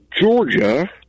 Georgia